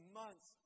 months